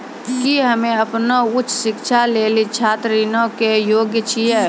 कि हम्मे अपनो उच्च शिक्षा लेली छात्र ऋणो के योग्य छियै?